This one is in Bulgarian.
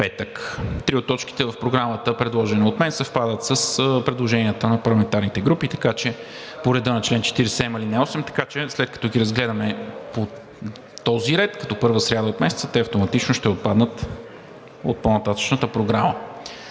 Три от точките в Програмата, предложени от мен, съвпадат с предложенията на парламентарните групи по реда на чл. 47, ал. 8, така че след като ги разгледаме по този ред, като първа сряда от месеца, те автоматично ще отпаднат от по-нататъшната програма.